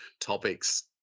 topics